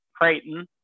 creighton